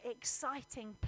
exciting